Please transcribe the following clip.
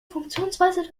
funktionsweise